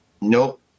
Nope